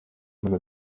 mana